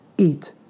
Eat